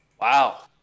Wow